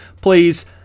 please